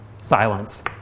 silence